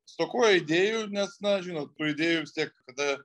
stokoja idėjų nes na žinot tų idėjų vis tiek kada